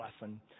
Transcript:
lesson